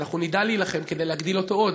ואנחנו נדע להילחם כדי להגדיל אותו עוד.